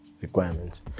requirements